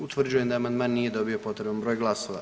Utvrđujem da amandman nije dobio potreban broj glasova.